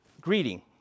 greeting